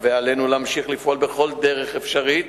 ועלינו להמשיך לפעול בכל דרך אפשרית